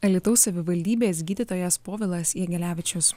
alytaus savivaldybės gydytojas povilas jagelavičius